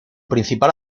principal